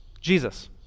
Jesus